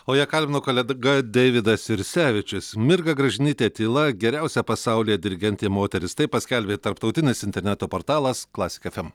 o ją kalbino kolega deividas jursevičius mirga gražinytė tyla geriausia pasaulyje dirigentė moteris taip paskelbė tarptautinis interneto portalas classic fm